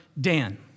Dan